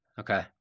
Okay